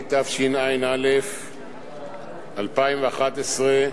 התשע"א 2011,